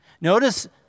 Notice